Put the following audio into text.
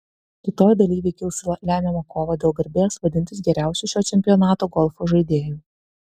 rytoj dalyviai kils į lemiamą kovą dėl garbės vadintis geriausiu šio čempionato golfo žaidėju